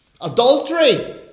Adultery